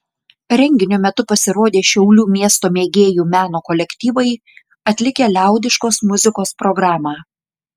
renginio metu pasirodė šiaulių miesto mėgėjų meno kolektyvai atlikę liaudiškos muzikos programą